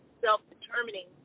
self-determining